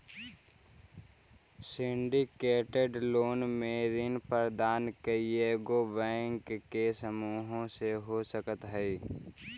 syndicated loan में ऋण प्रदाता कइएगो बैंक के समूह हो सकऽ हई